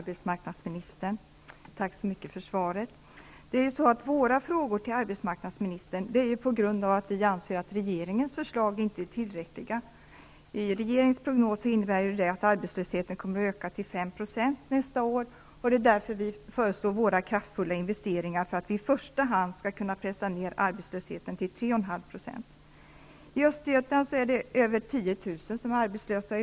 Herr talman! Tack så mycket för svaret, arbetsmarknadsministern. Våra frågor till arbetsmarknadsministern beror på att vi anser att regeringens förslag inte är tillräckliga. Enligt regeringens prognos kommer arbetslösheten att öka till 5 %. Därför föreslår vi dessa kraftfulla investeringar. Avsikten med dessa är att pressa ned arbetslösheten till i första hand I Östergötland är i dag över 10 000 personer arbetslösa.